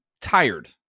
tired